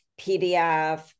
PDF